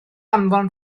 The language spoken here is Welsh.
anfon